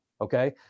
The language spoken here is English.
okay